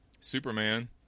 Superman